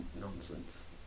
nonsense